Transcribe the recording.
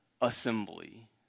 assembly